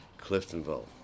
Cliftonville